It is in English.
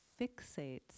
fixates